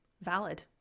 valid